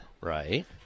Right